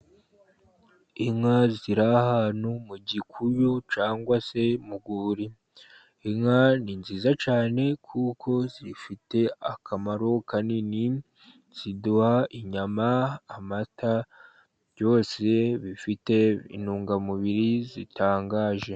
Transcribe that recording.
Inka ziri ahantu mu gikuyu cyangwa se mu rwuri, inka ni nziza cyane kuko zifite akamaro kanini ziduha inyama, amata , byose bifite intungamubiri zitangaje.